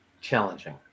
challenging